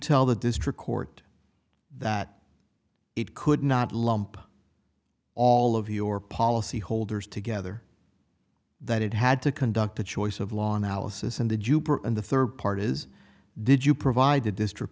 tell the district court that it could not lump all of your policyholders together that it had to conduct the choice of law analysis and the jupiter and the third part is did you provide the district